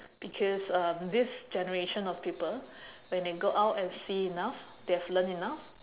because um this generation of people when they go out and see enough they have learnt enough